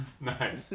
Nice